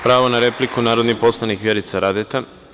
Pravo na repliku ima narodni poslanik Vjerica Radeta.